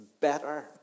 better